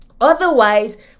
Otherwise